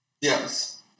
Yes